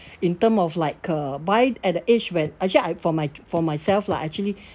in terms of like uh buy at the age when actually I for my for myself lah actually